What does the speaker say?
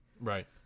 Right